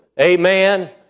Amen